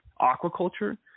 aquaculture